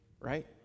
Right